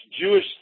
Jewish